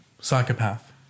Psychopath